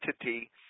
entity